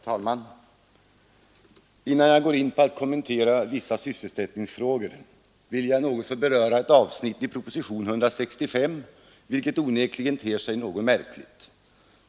Fru talman! Innan jag går in på att kommentera vissa sysselsättningsfrågor vill jag något beröra ett avsnitt i proposition 165, som onekligen ter sig något märkligt.